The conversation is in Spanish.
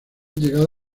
llegado